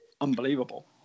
unbelievable